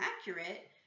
accurate